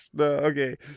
Okay